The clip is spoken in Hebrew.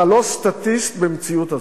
אתה לא סטטיסט במציאות הזו.